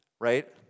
right